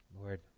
Lord